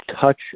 touch